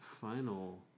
final